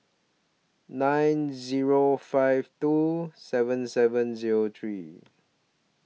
nine Zero five two seven seven Zero three